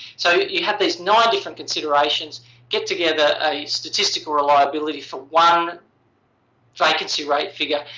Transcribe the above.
so you have these nine different considerations get together a statistical reliability for one vacancy rate figure.